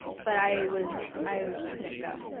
but i was i couldn't go.